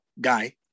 guy